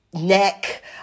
Neck